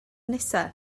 nesaf